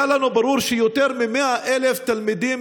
היה לנו ברור שיותר מ-100,000 תלמידים